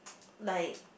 like